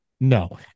No